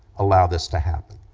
allow this to happen.